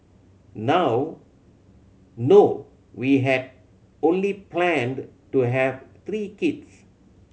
now no we had only planned to have three kids